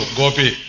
gopi